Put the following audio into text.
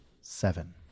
seven